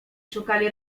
szukali